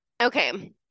okay